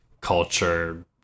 culture